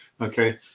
Okay